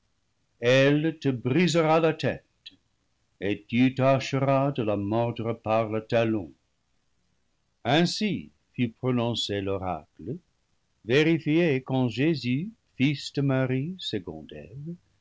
elle te brisera la tête et tu tâcheras de la mordre par le talon ainsi fut prononcé l'oracle vérifié quand jésus fils de marie